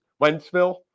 Wentzville